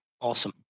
Awesome